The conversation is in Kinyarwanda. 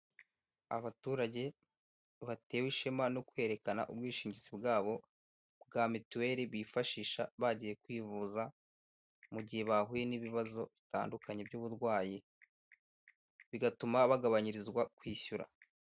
Abaturage batewe ishema no kwerekana ubwishingizi bwabo bwa mituweli bifashisha bagiye kwivuza, mu gihe bahuye n'ibibazo bitandukanye by'uburwayi bigatuma bagabanyirizwa kwishyura.